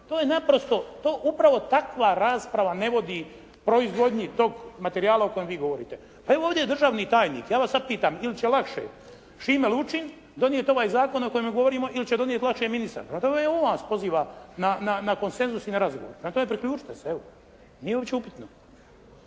To je naprosto, to, upravo takva rasprava ne vodi proizvodnji tog materijala o kojem vi govorite. Pa evo ovdje je državni tajnik. Ja vas sad pitam ili će lakše Šime Lučin donijeti ovaj zakon o kojem govorimo ili će donijeti lakše ministar? Prema tome on vas poziva na konsenzus i na razgovor. Dakle priključite se evo. Nije uopće